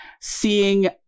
seeing